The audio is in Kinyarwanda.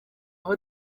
aho